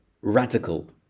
radical